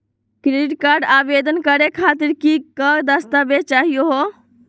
Credit card आवेदन करे खातीर कि क दस्तावेज चाहीयो हो?